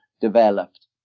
developed